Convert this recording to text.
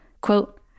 Quote